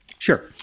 Sure